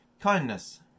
kindness